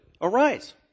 arise